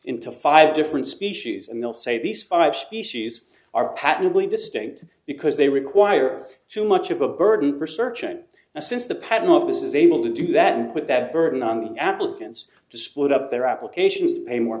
into five different species and they'll say these five species are patently distinct because they require too much of a burden for searching and since the patent office is able to do that with that burden on applicants to split up their applications pay more